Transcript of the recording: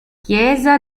chiesa